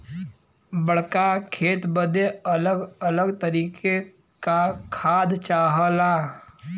बड़्का खेत बदे अलग अलग तरीके का खाद चाहला